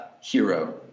hero